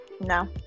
no